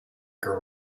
girl